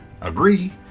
Agree